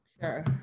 Sure